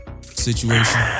situation